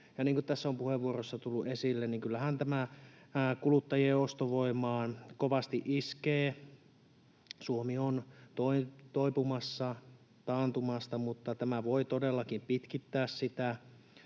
kuin tässä on puheenvuoroissa tullut esille, kyllähän tämä kuluttajien ostovoimaan kovasti iskee. Suomi on toipumassa taantumasta, mutta tämä voi todellakin pitkittää sitä.